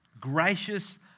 Gracious